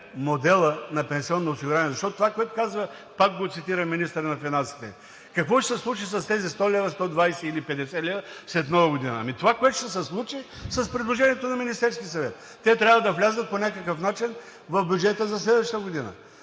модела на пенсионното осигуряване, защото това, което каза – пак го цитира министърът на финансите, какво ще се случи с тези 100, 120 или 150 лв. след Нова година? Ами това, което се случи с предложението на Министерския съвет – те трябва да влязат по някакъв начин в бюджета за следващата година.